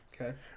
Okay